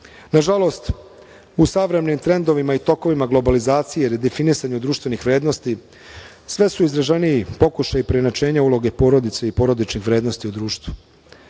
tkiva. Nažalost, u savremenim trendovima i tokovima globalizacije i definisanja društvenih vrednosti, sve su izraženiji pokušaji preinačenja uloge porodice i porodičnih vrednosti u društvu.